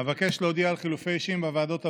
אבקש להודיע על חילופי אישים בוועדות הבאות: